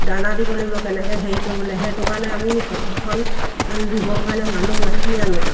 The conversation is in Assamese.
দানা দিব লাগিব কেনেকৈ হেৰি কৰিবলৈ সেইটো কাৰণে আমি প্ৰশিক্ষণ দিবৰ কাৰণে মানুহ মাতি আনোঁ